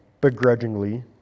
begrudgingly